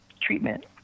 treatment